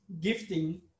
gifting